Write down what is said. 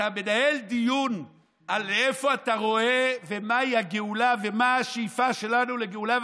כשאתה מנהל דיון על איפה אתה רואה ומהי הגאולה ומה השאיפה שלנו לגאולה,